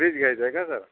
fridge घ्यायचा आहे का सर